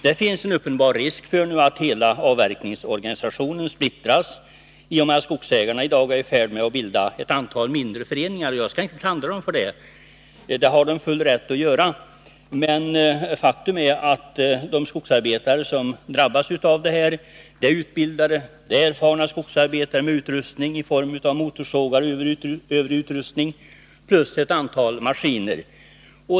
Det finns en uppenbar risk för att hela avverkningsorganisationen splittras, i och med att skogsägarna nu är i färd med att bilda ett antal mindre föreningar. Jag skall inte klandra dem för det, för de är i sin fulla rätt att göra det, men faktum är att de som drabbas är utbildade och erfarna skogsarbetare med motorsågar och övrig utrustning plus ett antal maskiner.